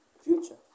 future